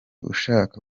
ushaka